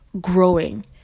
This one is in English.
growing